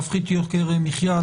להפחית יוקר מחיה,